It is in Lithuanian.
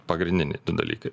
pagrindiniai du dalykai